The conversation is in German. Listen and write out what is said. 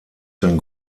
sein